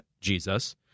Jesus